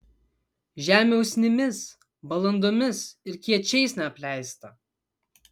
žemė usnimis balandomis ir kiečiais neapleista